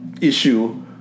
issue